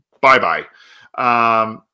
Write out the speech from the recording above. bye-bye